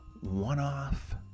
one-off